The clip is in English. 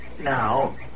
now